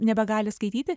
nebegali skaityti